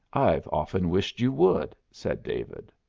i've often wished you would, said david.